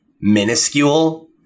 minuscule